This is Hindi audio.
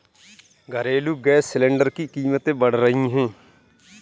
घरेलू गैस सिलेंडर की कीमतें बढ़ रही है